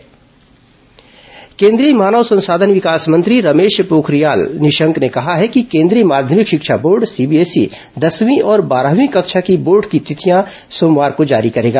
HRD CBSE परीक्षा केंद्रीय मानव संसाधन विकास मंत्री रमेश पोखरियाल निशंक ने कहा है कि केंद्रीय माध्यमिक शिक्षा बोर्ड सीबीएसई दसवीं और बारहवीं कक्षा की बोर्ड परीक्षा की तिथियां सोमवार को जारी करेगा